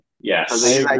Yes